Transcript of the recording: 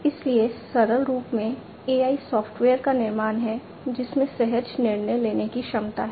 इसलिए सरल रूप में AI सॉफ्टवेयर का निर्माण है जिसमें सहज निर्णय लेने की क्षमता है